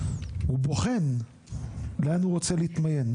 הוא בוחן לאן הוא רוצה להתמיין,